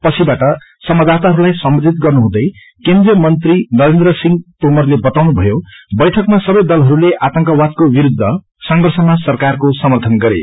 पछिबाट संवाददाताहरूलाई सम्बोधित गर्नुहुँदै मेन्द्रिय मंत्री नरेन्द्र सिंह तोमरले बताउनु भयो कि बैइकमा सबै दलहरूले आतंकवादको विरूद्व संर्घषमा सरकारको समर्थन गरे